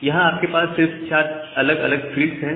यहां आपके पास सिर्फ चार अलग अलग फील्ड्स हैं